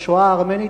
לשואה הארמנית,